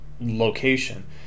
location